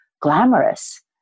glamorous